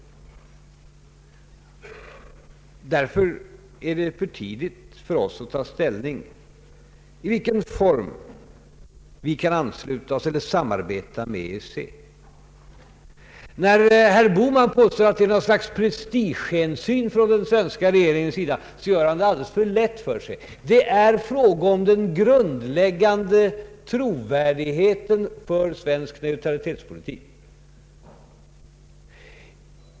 Därför är det för tidigt för oss att ta ställning till i vilken form vi kan ansluta oss till eller samarbeta med EEC. När herr Bohman påstår att det här gäller något slags prestigehänsyn från den svenska regeringen, gör han det alldeles för lätt för sig, Det är fråga om den grundläggande trovärdigheten för svensk neutralitetspolitik.